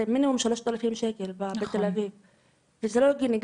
זה מינימום 3,000 שקל וזה לא הגיוני.